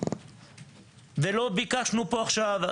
ולא ביקשנו פה עכשיו,